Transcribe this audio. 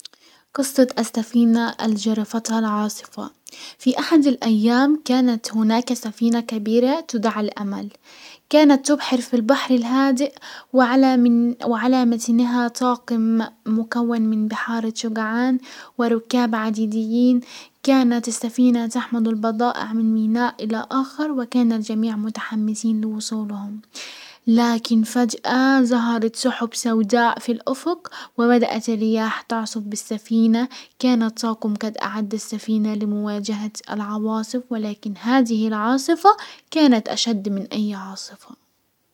قصة السفينة الجرفتها العاصفة، في احد الايام كانت هناك سفينة كبيرة تدعى الامل، كانت تبحر في البحر الهادئ وعلى من -وعلى متنها طاقم مكون من بحارة شجعان، وركاب عديدين. كانت السفينة تحمل البضائع من ميناء الى اخر وكان الجميع متحمسين لوصولهم، لكن فجأة زهرت سحب سوداء في الافق، وبدأت الرياح تعصف بالسفينة. كان الطاقم قد اعد السفينة لمواجهة، ولكن هذه العاصفة كانت اشد من اي عاصفة.